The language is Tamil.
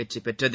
வெற்றிபெற்றது